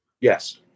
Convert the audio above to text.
Yes